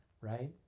right